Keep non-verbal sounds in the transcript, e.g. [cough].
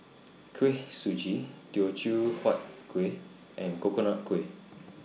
Kuih Suji [noise] Teochew Huat Kuih and Coconut Kuih